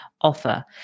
offer